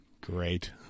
Great